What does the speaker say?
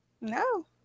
No